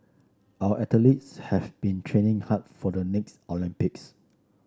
our athletes have been training hard for the next Olympics